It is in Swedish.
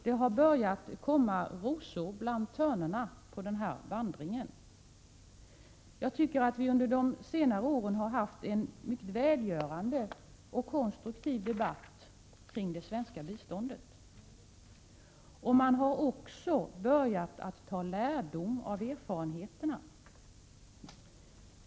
Det har börjat komma rosor bland törnena. Jag tycker att vi under senare år har haft en välgörande och konstruktiv debatt om det svenska biståndet. Man har också börjat ta lärdom av erfarenheterna.